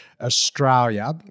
Australia